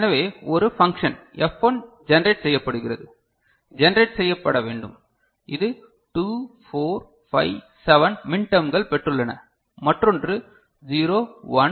எனவே ஒரு function F1 generate செய்யப்படுகிறது ஜெனரேட் செய்யப்பட வேண்டும் இது 2 4 5 7 மின் டெர்ம்கள் பெற்றுள்ளது மற்றொன்று 0 1 2 4 6